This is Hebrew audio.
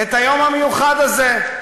את היום המיוחד הזה.